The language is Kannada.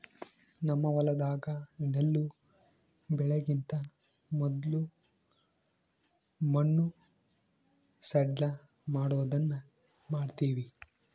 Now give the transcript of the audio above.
ನಮ್ಮ ಹೊಲದಾಗ ನೆಲ್ಲು ಬೆಳೆಕಿಂತ ಮೊದ್ಲು ಮಣ್ಣು ಸಡ್ಲಮಾಡೊದನ್ನ ಮಾಡ್ತವಿ